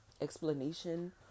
explanation